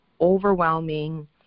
overwhelming